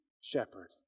shepherd